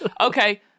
Okay